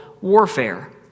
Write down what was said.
warfare